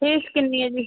fees ਕਿੰਨੀ ਹੈ ਜੀ